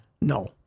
No